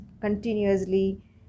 continuously